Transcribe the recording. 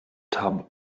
tub